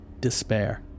despair